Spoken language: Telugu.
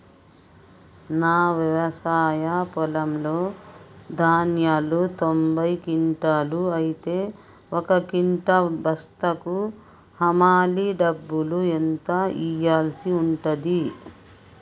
నా వ్యవసాయ పొలంలో ధాన్యాలు తొంభై క్వింటాలు అయితే ఒక క్వింటా బస్తాకు హమాలీ డబ్బులు ఎంత ఇయ్యాల్సి ఉంటది?